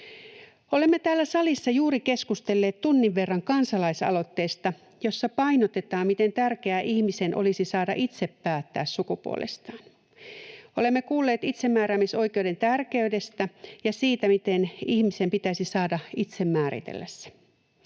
Olemme täällä salissa juuri keskustelleet tunnin verran kansalaisaloitteesta, jossa painotetaan, miten tärkeää ihmisen olisi saada itse päättää sukupuolestaan. Olemme kuulleet itsemääräämisoikeuden tärkeydestä ja siitä, miten ihmisen pitäisi saada itse määritellä se.